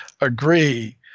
agree